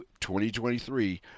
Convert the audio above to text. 2023